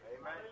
Amen